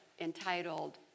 entitled